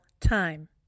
time